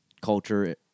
culture